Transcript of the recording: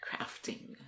crafting